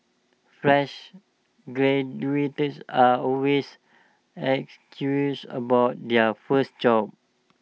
fresh are always about their first job